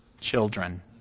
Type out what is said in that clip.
children